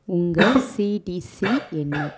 உங்கள் சிடிசி என்ன